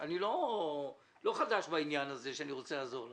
לא חדש שאני רוצה לעזור לכם.